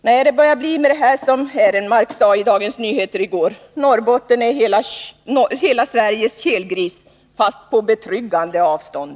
Nej, det börjar bli så som herr Ehrenmark skrev i Dagens Nyheter i går: Norrbotten är hela Sveriges kelgris — fast på betryggande avstånd.